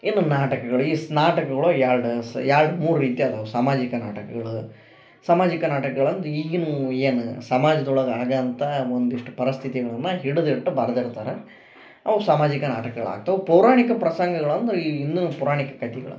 ಇನ್ನು ನಾಟಕಗಳಿಗಿಸು ನಾಟಕಗಳು ಎರ್ಡಸ ಎರ್ಡ್ ಮೂರು ರೀತಿ ಅದವ ಸಾಮಾಜಿಕ ನಾಟಕಗಳು ಸಮಾಜಿಕ ನಾಟಕಗಳಂದ್ರ ಈಗಿನವು ಏನ ಸಮಾಜದೊಳಗ ಆಗಂಥ ಒಂದಿಷ್ಟು ಪರಸ್ಥಿತಿಗಳನ್ನ ಹಿಡದಿಟ್ಟು ಬರ್ದಿರ್ತಾರ ಅವು ಸಾಮಾಜಿಕ ನಾಟಕಗಳು ಆಗ್ತವ ಪೌರಾಣಿಕ ಪ್ರಸಂಗಗಳಂದ್ರ ಈ ಹಿಂದಿನ್ ಪುರಾಣಿಕ ಕತೆಗಳ